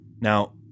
Now